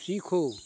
सीखो